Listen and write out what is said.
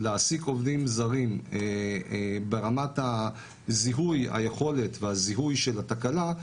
להעסיק עובדים זרים ברמת היכולת והזיהוי של התקלה,